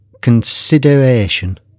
consideration